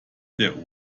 der